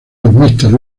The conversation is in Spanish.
westminster